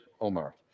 Omar